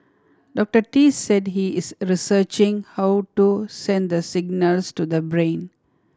Doctor Tee said he is researching how to send the signals to the brain